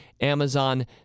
Amazon